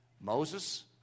Moses